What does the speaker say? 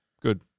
Good